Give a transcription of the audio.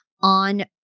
on